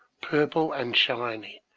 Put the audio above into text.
purple and shiny,